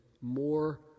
more